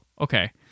okay